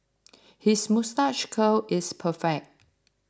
his moustache curl is perfect